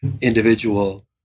individual